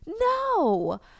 no